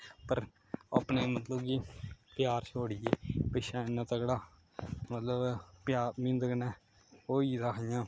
पर अपने मतलब कि प्यार छोड़ी गे पिच्छें इन्ना तकड़ा मतलब प्यार मी उं'दे कन्नै होई गेदा हा इ'यां